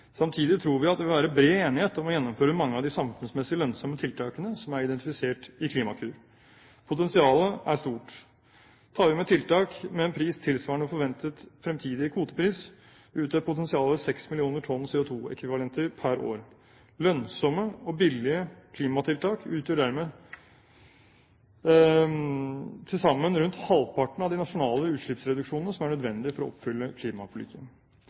Samtidig tror vi at det vil være bred enighet om å gjennomføre mange av de samfunnsmessig lønnsomme tiltakene som er identifisert i Klimakur. Potensialet er stort. Tar vi med tiltak med en pris tilsvarende forventet fremtidig kvotepris, utgjør potensialet 6 mill. tonn CO2-ekvivalenter per år. Lønnsomme og billige klimatiltak utgjør dermed til sammen rundt halvparten av de nasjonale utslippsreduksjonene som er nødvendige for å oppfylle